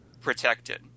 protected